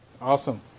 Awesome